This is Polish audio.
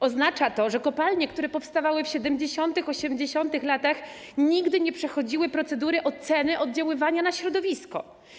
Oznacza to, że kopalnie, które powstawały w 70., 80. latach, nigdy nie przechodziły procedury oceny oddziaływania na środowisko.